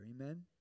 Amen